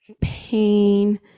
pain